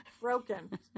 Broken